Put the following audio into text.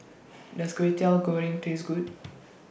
Does Kwetiau Goreng Taste Good